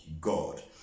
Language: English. god